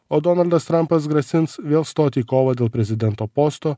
o donaldas trampas grasins vėl stoti į kovą dėl prezidento posto